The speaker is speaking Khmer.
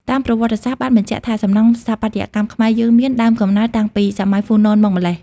តាមប្រវត្តិសាស្រ្តបានបញ្ជាក់ថាសំណង់ស្ថាបត្យកម្មខ្មែរយើងមានដើមកំណើតតាំងពីសម័យហ្វូណនមកម៉្លេះ។